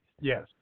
Yes